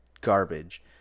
garbage